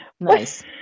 Nice